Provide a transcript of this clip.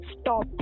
stop